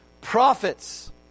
prophets